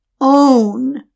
own